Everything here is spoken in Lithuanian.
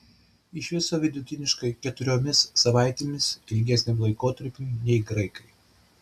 iš viso vidutiniškai keturiomis savaitėmis ilgesniam laikotarpiui nei graikai